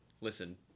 Listen